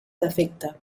defecte